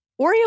Oreo